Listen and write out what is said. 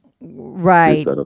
right